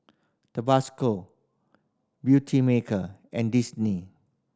Tabasco Beautymaker and Disney